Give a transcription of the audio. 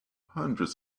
hundreds